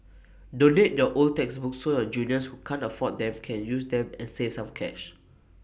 donate your old textbooks so your juniors who can't afford them can use them and save some cash